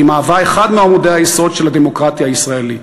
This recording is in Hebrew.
והיא מהווה אחד מעמודי היסוד של הדמוקרטיה הישראלית.